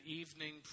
evening